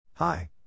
Hi